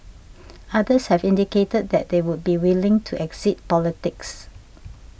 others have indicated that they would be willing to exit politics